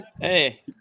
Hey